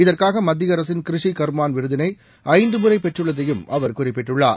இதற்காக மத்திய அரசின் கிருஷி கா்மான் விருதினை ஐந்து முறை பெற்றுள்ளதையும் அவா் குறிப்பிட்டுள்ளார்